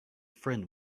friend